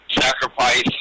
sacrifice